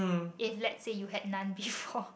if let say you had none before